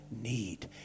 need